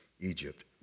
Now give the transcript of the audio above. Egypt